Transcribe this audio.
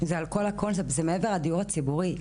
זה מעבר לדיור הציבורי.